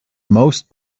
most